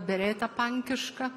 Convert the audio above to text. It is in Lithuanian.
beretė pankiška